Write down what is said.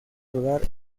rodar